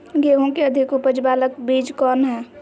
गेंहू की अधिक उपज बाला बीज कौन हैं?